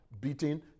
beating